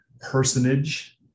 personage